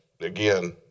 again